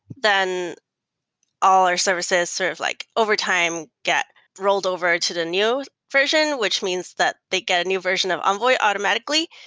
then all our services sort of like overtime get rolled over to the new version, which means that they get a new version of envoy automatically.